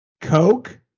Coke